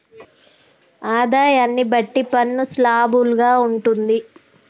ఆదాయాన్ని బట్టి పన్ను స్లాబులు గా ఉంటుంది